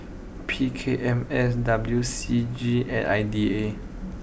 P K M S W C G and I D A